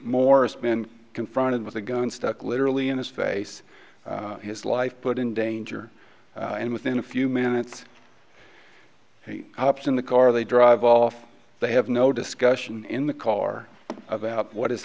morris been confronted with a gun stuck literally in his face his life put in danger and within a few minutes he hops in the car they drive off they have no discussion in the car about what has